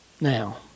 Now